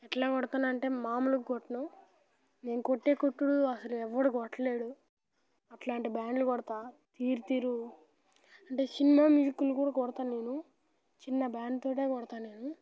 ఎట్లా కొడతాను అంటే మామూలుగా కొట్టను నేను కొట్టే కొట్టుడు అసలు ఎవడు కొట్టలేడు అలాంటి బ్యాండ్లు కొడతా తీరు తీరు అంటే సినిమా మ్యూజిక్లు కూడా కొడతా నేను చిన్న బ్యాండ్తో కొడుతా నేను